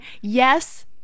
yes